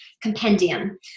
compendium